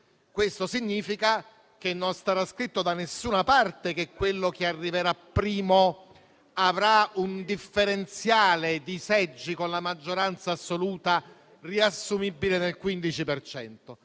Questo significa che non è scritto da nessuna parte che quello che arriverà primo avrà un differenziale di seggi con la maggioranza assoluta riassumibile nel 15